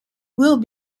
will